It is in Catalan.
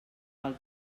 pel